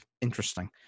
interesting